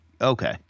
Okay